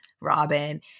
Robin